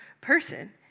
person